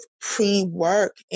pre-work